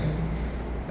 mm